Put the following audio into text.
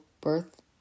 birth